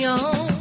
on